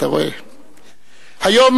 אתה רואה,